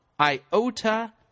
iota